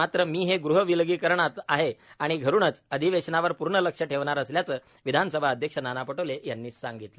मात्र मी ग़ह विलगीकरणात आहे आणि घरूनच अधिवेशनावर पूर्ण लक्ष ठेवणार असल्याचे विधानसभा अध्यक्ष नाना पटोले यांनी सांगितले